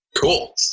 Cool